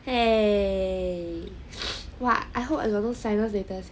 !hey! !wah! I hope I got no sinus later sia